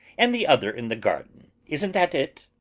and the other in the garden isn't that it?